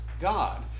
God